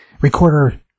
Recorder